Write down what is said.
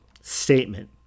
statement